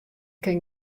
kin